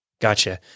Gotcha